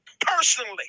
personally